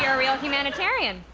yeah real humanitarian.